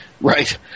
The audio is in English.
Right